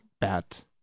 Bat